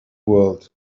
world